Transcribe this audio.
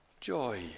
joy